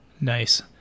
Nice